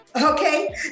okay